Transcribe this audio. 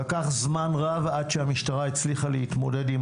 לקח זמן רב עד שהמשטרה הצליחה להתמודד עם